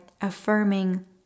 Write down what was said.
affirming